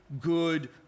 good